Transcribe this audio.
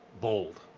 bold